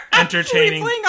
Entertaining